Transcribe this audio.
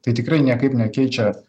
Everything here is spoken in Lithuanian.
tai tikrai niekaip nekeičia